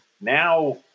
now